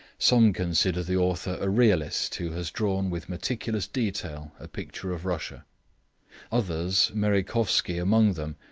some consider the author a realist who has drawn with meticulous detail a picture of russia others, merejkovsky among them,